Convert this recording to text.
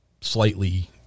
slightly